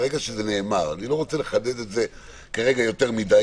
ברגע שזה נאמר אני לא רוצה לחדד את זה כרגע יותר מידי